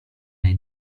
nei